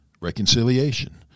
reconciliation